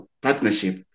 partnership